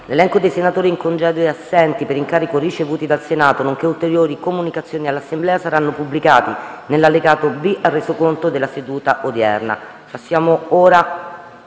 L'elenco dei senatori in congedo e assenti per incarico ricevuto dal Senato, nonché ulteriori comunicazioni all'Assemblea saranno pubblicati nell'allegato B al Resoconto della seduta odierna.